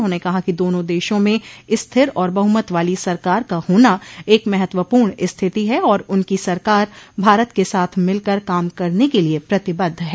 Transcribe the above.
उन्होंने कहा कि दोनों देशों में स्थिर और बहुमत वाली सरकार का होना एक महत्वपूर्ण स्थिति है और उनकी सरकार भारत के साथ मिलकर काम करने के लिए प्रतिबद्ध है